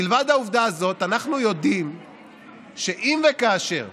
מלבד העובדה הזאת, אנחנו יודעים שאם וכאשר